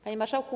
Panie Marszałku!